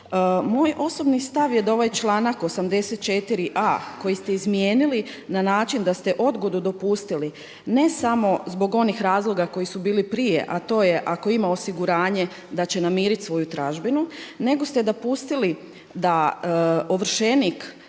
Moj osobni stav je da ovaj članak 84a koji ste izmijenili na način da ste odgodu dopustili ne samo zbog onih razloga koji su bili prije, a to je ako ima osiguranje da će namiriti svoju tražbinu nego ste dopustili da ovršenik